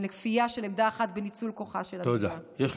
לכפייה של עמדה אחת בניצול כוחה של המדינה.